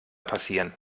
passieren